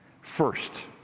First